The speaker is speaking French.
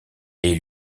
est